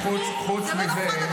חוץ מזה --- אני רק אומרת,